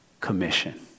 commission